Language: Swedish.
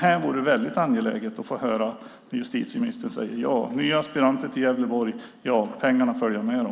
Det vore angeläget att få höra justitieministern säga ja, nya aspiranter till Gävleborg och ja, pengarna följer med dem.